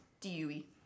D-U-E